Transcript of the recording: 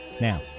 Now